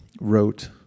wrote